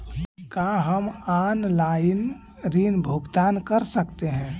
का हम आनलाइन ऋण भुगतान कर सकते हैं?